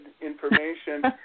information